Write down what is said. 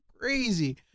crazy